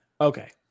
Okay